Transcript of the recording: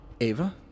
Ava